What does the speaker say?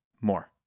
More